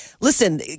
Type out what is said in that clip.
listen